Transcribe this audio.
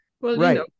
Right